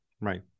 right